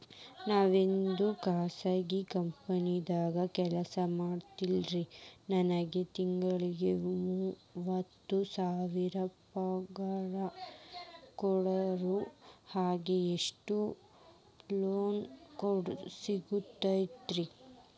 ನಾವೊಂದು ಖಾಸಗಿ ಕಂಪನಿದಾಗ ಕೆಲ್ಸ ಮಾಡ್ಲಿಕತ್ತಿನ್ರಿ, ನನಗೆ ತಿಂಗಳ ಮೂವತ್ತು ಸಾವಿರ ಪಗಾರ್ ಕೊಡ್ತಾರ, ನಂಗ್ ಎಷ್ಟು ಲೋನ್ ಸಿಗಬೋದ ರಿ?